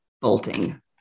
bolting